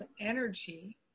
energy